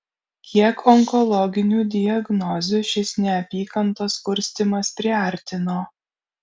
kiek onkologinių diagnozių šis neapykantos kurstymas priartino